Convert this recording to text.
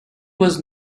was